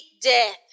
death